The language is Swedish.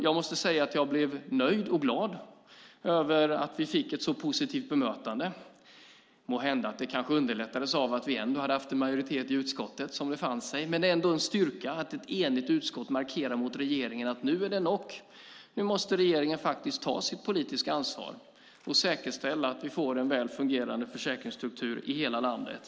Jag måste säga att jag blev nöjd och glad över att vi fick ett så positivt bemötande. Måhända att det underlättades av att vi ändå hade haft en majoritet i utskottet, men det är ändå en styrka att ett enigt utskott markerar mot regeringen: Nu är det nog. Nu måste regeringen faktiskt ta sitt politiska ansvar och säkerställa att vi får en väl fungerande försäkringsstruktur i hela landet.